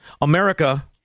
America